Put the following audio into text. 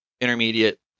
intermediate